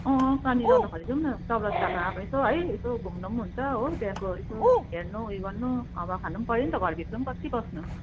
अँ पानी रहँदाखेरि जाऔँ न चौरास्तामा अब यसो है यसो घुम्नु पनि हुन्छ हो त्यहाँको यसो हेर्नु ऊ यो गर्नु हावा खानु पनि पऱ्यो नि त घरभित्र पनि कति बस्नु